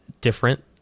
different